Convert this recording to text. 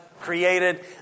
created